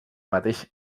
mateix